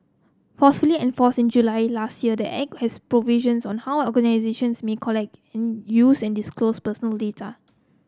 forcefully and force in July last year the Act has provisions on how organisations may collect in use and disclose personal data